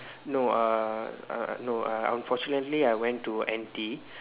no uh uh no uh unfortunately I went to N_T